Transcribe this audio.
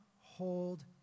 hold